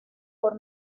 por